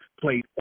played